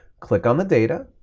click on the data,